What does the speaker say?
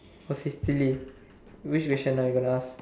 what's this silly which question are you going to ask